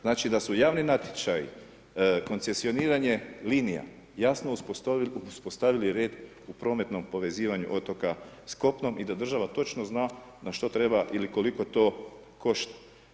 Znači da su javni natječaji, koncesioniranje linija jasno uspostavili red u prometnom povezivanju otoka s kopnom i da država točno zna na što treba ili koliko to košta.